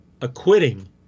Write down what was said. acquitting